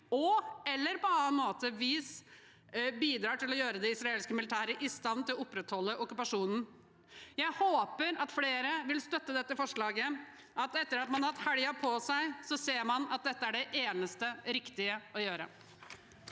og/eller på annet vis bidrar til å gjøre det israelske militæret i stand til å opprettholde okkupasjonen.» Jeg håper flere vil støtte dette forslaget, og at man etter å ha hatt helgen på seg ser at dette er det eneste riktige å gjøre.